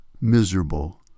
miserable